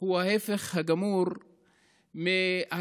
הוא ההפך הגמור מהציפייה,